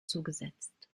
zugesetzt